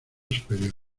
superior